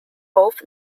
both